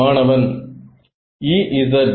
மாணவன் Ez